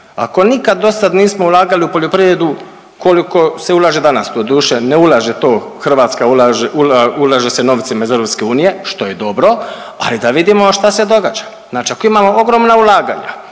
Ako nikad dosad nismo ulagali u poljoprivredu koliko se ulaže danas, doduše ne ulaže to Hrvatska, ulaže se novcima iz EU što je dobro, ali da vidimo šta se događa. Znači ako imamo ogromna ulaganja,